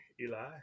Eli